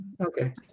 okay